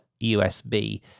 USB